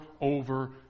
over